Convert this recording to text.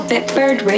Bitbird